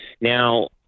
Now